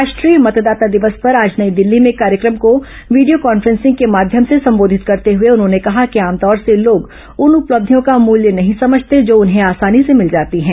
राष्ट्रीय मतदाता दिवस पर आज नई दिल्ली में एक कार्यक्रम को वीडियो कांफ्रेंसिंग के माध्यम से संबोधित करते हुए उन्होंने कहा कि आमतौर से लोग उन उपलब्धियों का मूल्य नहीं समझते जो उन्हें आसानी से मिल जाती हैं